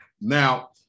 Now